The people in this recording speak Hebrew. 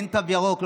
כן תו ירוק,